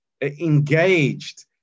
engaged